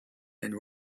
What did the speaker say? and